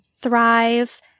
Thrive